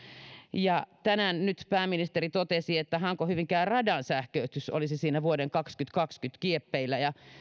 niin tänään nyt pääministeri totesi että hanko hyvinkää radan sähköistys olisi siinä vuoden kaksituhattakaksikymmentä kieppeillä ja